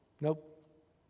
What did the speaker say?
Nope